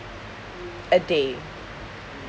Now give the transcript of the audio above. a day